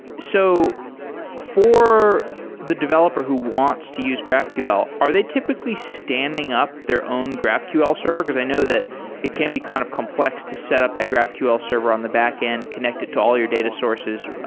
so for the developer who wants to use graphql, are they typically standing up their own graphql server? because i know that it can be kind of complex to set up that graphql server on the backend, connected to all your data sources,